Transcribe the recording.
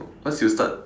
once you start